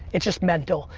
it's just mental.